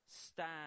Stand